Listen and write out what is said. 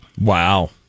Wow